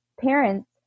parents